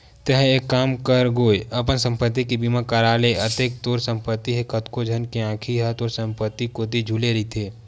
तेंहा एक काम कर गो अपन संपत्ति के बीमा करा ले अतेक तोर संपत्ति हे कतको झन के आंखी ह तोर संपत्ति कोती झुले रहिथे